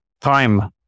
time